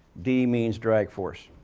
d means drag force.